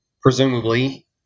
presumably